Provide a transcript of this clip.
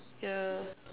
yeah